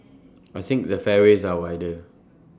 I think the fairways are wider